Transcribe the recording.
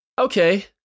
okay